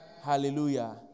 Hallelujah